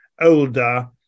older